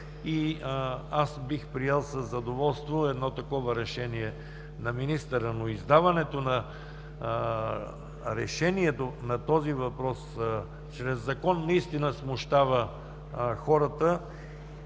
Аз бих приел със задоволство едно такова решение, но издаването на решението на този въпрос чрез закон наистина смущава хората.